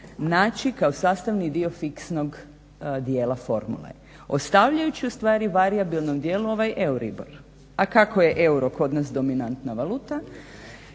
naći kao sastavni dio fiksnog dijela formule ostavljajući ustvari u varijabilnom dijelu ovaj euribor. A kako je euro kod nas dominantna valuta